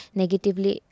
negatively